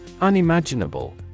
Unimaginable